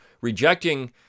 rejecting